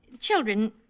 Children